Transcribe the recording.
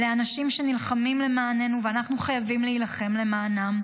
אלה אנשים שנלחמים למעננו ואנחנו חייבים להילחם למענם,